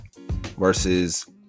versus